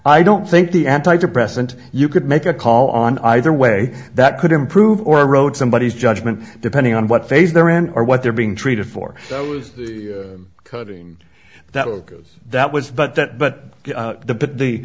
i don't think the anti depressant you could make a call on either way that could improve or road somebodies judgment depending on what phase they're in or what they're being treated for cutting that that was but that but the but the the